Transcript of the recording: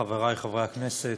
חברי חברי הכנסת,